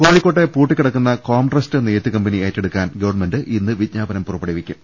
കോഴിക്കോട്ടെ പൂട്ടിക്കിടക്കുന്ന കോംട്രസ്റ്റ് നെയ്ത്തു കമ്പനി ഏറ്റെടുക്കാൻ ഗവൺമെന്റ് ഇന്ന് വിജ്ഞാപനം പുറ പ്പെടുവിക്കും